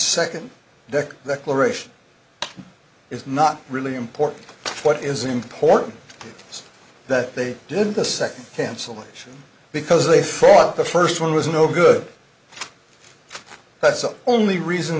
liberation is not really important what is important that they did the second cancellation because they fought the first one was no good that's the only reason